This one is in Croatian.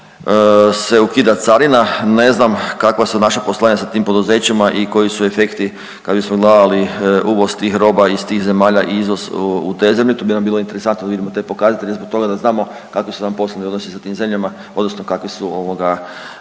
se ukida carina. Ne znam kakva su naša poslovanja sa tim poduzećima i koji su efekti kad bismo gledali uvoz tih roba iz tih zemalja i izvoz u te zemlje. To bi nam bilo interesantno da vidimo te pokazatelje zbog toga da znamo kakvi su nam poslovni odnosi sa tim zemljama odnosno kakvi su ovoga,